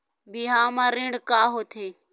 बिहाव म ऋण का होथे?